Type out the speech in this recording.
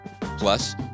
Plus